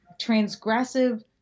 transgressive